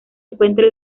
encuentre